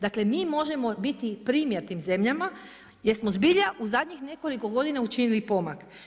Dakle, mi možemo biti primjer tim zemljama jer smo zbilja u zadnjih nekoliko godina učinili pomak.